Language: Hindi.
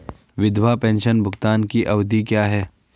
विधवा पेंशन भुगतान की अवधि क्या है?